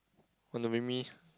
want to make me